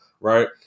right